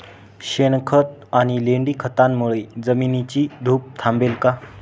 शेणखत आणि लेंडी खतांमुळे जमिनीची धूप थांबेल का?